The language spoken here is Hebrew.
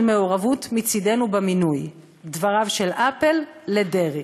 מעורבות מצדנו במינוי' דבריו של אפל לדרעי.